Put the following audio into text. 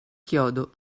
chiodo